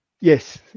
Yes